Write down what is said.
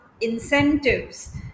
incentives